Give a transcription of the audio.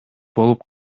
болуп